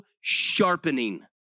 sharpening